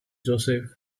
joseph